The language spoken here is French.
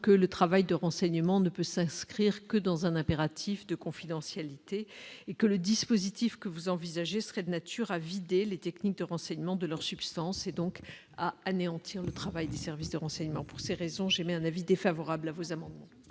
Le travail de renseignement ne peut s'inscrire, ce me semble, que dans un impératif de confidentialité. À l'inverse, le dispositif que vous envisagez serait de nature à vider les techniques de renseignement de leur substance, et donc à anéantir le travail des services de renseignement. Pour ces raisons, j'émets un avis défavorable sur cet amendement.